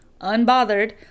unbothered